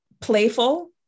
playful